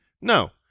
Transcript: no